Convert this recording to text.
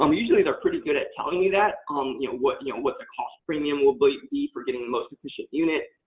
um usually, they're pretty good at telling you that, um you know what you know what the cost premium will be for getting the most efficient unit.